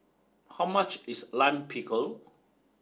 how much is Lime Pickle